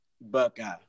Buckeye